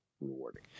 rewarding